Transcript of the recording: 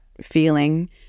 feeling